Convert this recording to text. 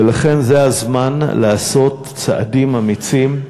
ולכן, זה הזמן לעשות צעדים אמיצים,